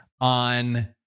on